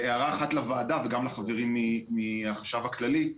והערה אחת לוועדה, וגם לחברים מהחשב הכללי.